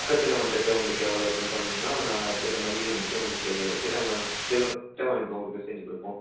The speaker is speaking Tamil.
பக்கத்தில் வந்துட்டு உங்களுக்கு எவ்வளோ இருக்குதுன்னு சொன்னீங்கன்னா நாங்கள் அதுக்கேற்ற மாதிரியும் வந்துட்டு உங்களுக்கு திட்டமும் திட்டமைப்பு உங்களுக்கு செஞ்சிக் கொடுப்போம்